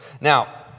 Now